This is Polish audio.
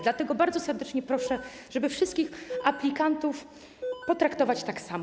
Dlatego bardzo serdecznie proszę, żeby wszystkich aplikantów potraktować tak samo.